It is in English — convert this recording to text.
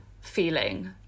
feeling